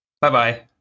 Bye-bye